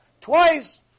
Twice